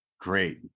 great